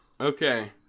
Okay